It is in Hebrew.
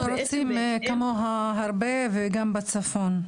--- אנחנו רוצים כמוה הרבה וגם בצפון.